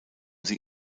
sie